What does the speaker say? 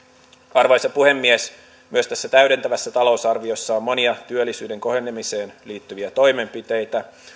arvoisa puhemies myös tässä täydentävässä talousarviossa on monia työllisyyden kohenemiseen liittyviä toimenpiteitä